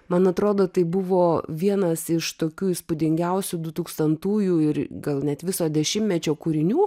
man atrodo tai buvo vienas iš tokių įspūdingiausių dutūkstantųjų ir gal net viso dešimtmečio kūrinių